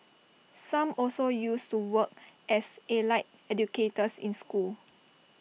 some also used to work as allied educators in schools